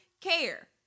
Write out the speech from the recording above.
care